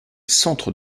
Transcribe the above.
centres